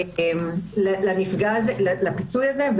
לפיצוי הזה,